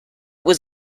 was